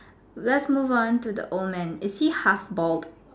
let's move on to the old man is he half bald